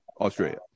Australia